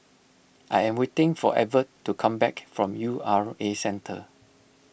I am waiting for Evert to come back from U R A Centre